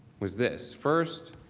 was this, first,